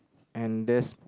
and there's